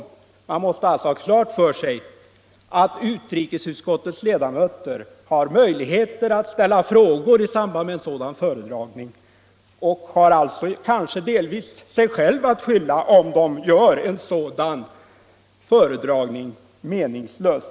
Man måste ha klart för sig att utrikesutskottets ledamöter har möjlighet att ställa frågor i samband med en sådan föredragning och alltså delvis kan ha sig själva att skylla, om de gör föredragningen meningslös.